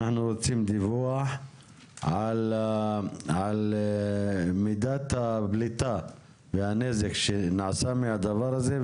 אנחנו רוצים דיווח על מידת הפליטה והנזק שנגרם כתוצאה מהדבר הזה.